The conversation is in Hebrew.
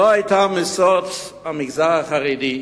לא היתה משוש המגזר החרדי,